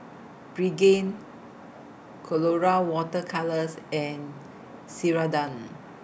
Pregain Colora Water Colours and Ceradan